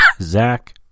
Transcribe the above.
Zach